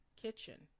kitchen